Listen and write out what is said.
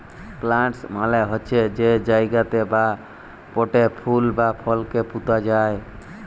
planters মালে হছে যে জায়গাতে বা পটে ফুল বা ফলকে পুঁতা যায়